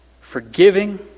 forgiving